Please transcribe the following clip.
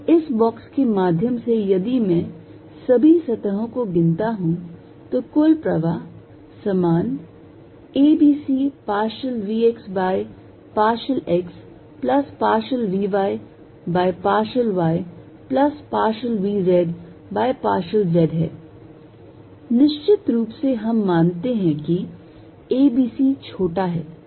तो इस बॉक्स के माध्यम से यदि मैं सभी सतहों को गिनता हूं तो कुल प्रवाह समान a b c partial vx by partial x plus partial vy by partial y plus partial vz by partial z है निश्चित रूप से हम मानते हैं कि a b c छोटा है